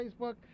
Facebook